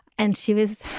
and she was